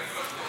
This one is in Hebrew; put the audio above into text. האם הוא יחתום?